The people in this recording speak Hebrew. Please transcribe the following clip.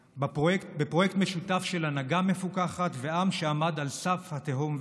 בפרויקט משותף של הנהגה מפוכחת ועם שעמד על סף התהום,